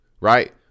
right